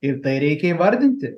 ir tai reikia įvardinti